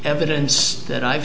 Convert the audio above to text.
evidence that i've